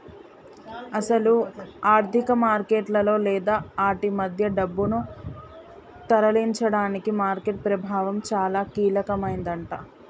అసలు ఆర్థిక మార్కెట్లలో లేదా ఆటి మధ్య డబ్బును తరలించడానికి మార్కెట్ ప్రభావం చాలా కీలకమైందట